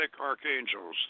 archangels